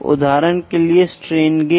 तो अब आप सोचते हैं कि आप इसे कैसे करेंगे